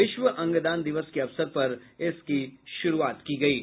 विश्व अंगदान दिवस के अवसर पर इसकी शुरूआत की गयी है